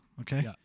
Okay